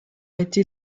été